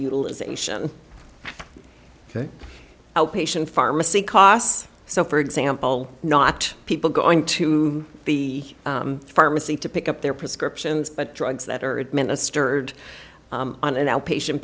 utilization ok outpatient pharmacy costs so for example not people going to the pharmacy to pick up their prescriptions but drugs that are administered on an outpatient